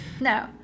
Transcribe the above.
no